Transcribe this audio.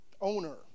Owner